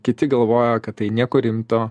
kiti galvoja kad tai nieko rimto